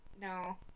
No